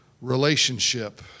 relationship